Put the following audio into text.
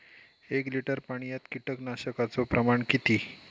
एक लिटर पाणयात कीटकनाशकाचो प्रमाण किती?